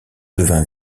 devint